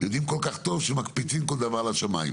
יודעים כל כך טוב, שמקפיצים כל דבר לשמיים.